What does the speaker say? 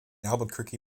albuquerque